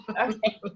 Okay